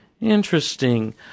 Interesting